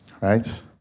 Right